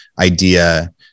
idea